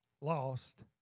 lost